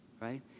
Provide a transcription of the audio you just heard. right